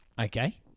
Okay